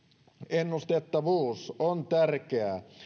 ennustettavuus on tärkeää